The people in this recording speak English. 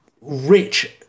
rich